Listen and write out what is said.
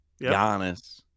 Giannis